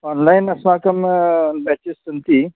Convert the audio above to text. online अस्माकं ब्याचस् सन्ति